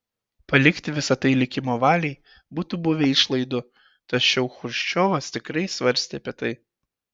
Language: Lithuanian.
palikti visa tai likimo valiai būtų buvę išlaidu tačiau chruščiovas tikrai svarstė apie tai